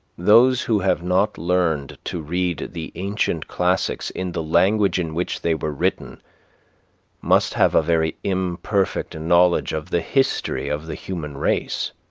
those who have not learned to read the ancient classics in the language in which they were written must have a very imperfect and knowledge of the history of the human race